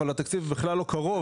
אבל התקציב בכלל לא קרוב.